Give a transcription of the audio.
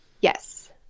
Yes